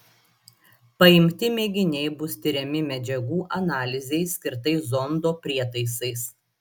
paimti mėginiai bus tiriami medžiagų analizei skirtais zondo prietaisais